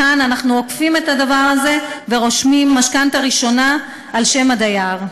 כאן אנחנו עוקפים את הדבר הזה ורושמים משכנתה ראשונה על שם הדייר.